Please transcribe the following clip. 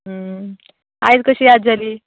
आयज कशी आसा जेली